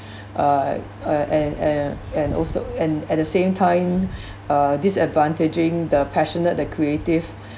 uh uh and and and also and at the same time uh disadvantaging the passionate the creative